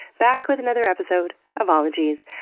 back with another episode of ologies.